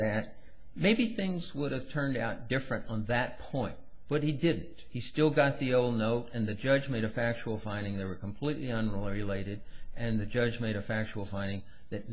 that maybe things would have turned out different on that point but he did he still got the oh no and the judge made a factual finding they were completely unregulated and the judge made a factual finding that